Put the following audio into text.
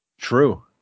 True